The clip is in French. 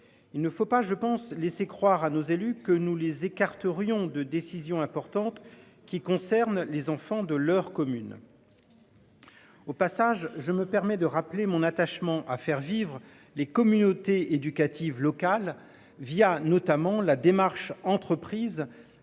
Il ne faut pas je pense laisser croire à nos élus que nous les écartes rions de décisions importantes qui concernent les enfants de leur commune. Au passage je me permets de rappeler mon attachement à faire vivre les communautés éducatives locales via notamment la démarche entreprise